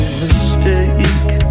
mistake